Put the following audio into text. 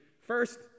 first